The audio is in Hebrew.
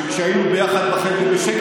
שכשהיינו ביחד בחדר בשקט,